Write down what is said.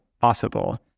possible